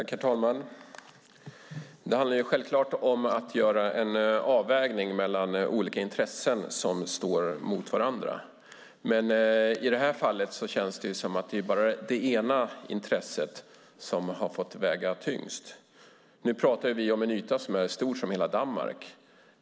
Herr talman! Det handlar självklart om att göra en avvägning mellan olika intressen som står mot varandra, men i det här fallet känns det som att det ena intresset har fått väga tyngst. Nu pratar vi om en yta som är stor som hela Danmark.